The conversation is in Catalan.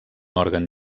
òrgan